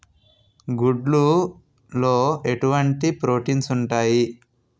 గుడ్లు లో ఎటువంటి ప్రోటీన్స్ ఉంటాయి?